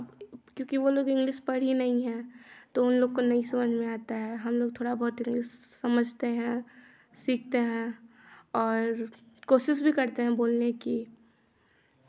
अब क्योंकि वो लोग इंग्लिश पढ़ी नहीं है तो उमलोग को नहीं समझ में आता है हमलोग थोड़ा बहुत इंग्लिश समझते हैं सीखते हैं और कोशिश भी करते हैं बोलने की